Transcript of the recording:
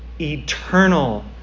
eternal